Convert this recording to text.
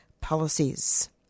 policies